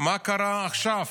מה קרה עכשיו,